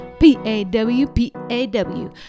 P-A-W-P-A-W